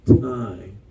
time